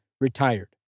retired